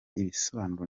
ibisobanuro